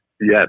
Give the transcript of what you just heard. yes